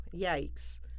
yikes